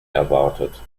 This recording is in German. erwartet